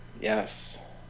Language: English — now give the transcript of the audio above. Yes